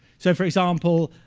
so for example,